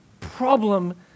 problem